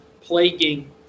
plaguing